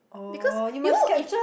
because you know if